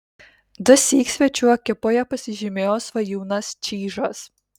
dusyk svečių ekipoje pasižymėjo svajūnas čyžas